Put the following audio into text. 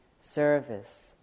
service